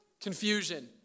confusion